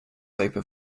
open